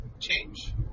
change